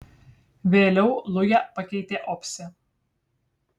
vėliau lują pakeitė opsė